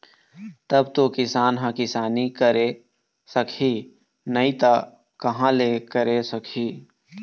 तब तो किसान ह किसानी करे सकही नइ त कहाँ ले करे सकही